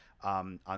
On